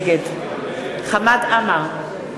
נגד חמד עמאר,